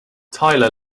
tyler